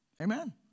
Amen